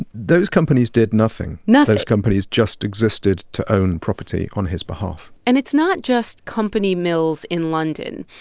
those companies did nothing nothing? companies just existed to own property on his behalf and it's not just company mills in london.